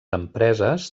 empreses